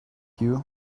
you